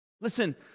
Listen